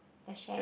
a shared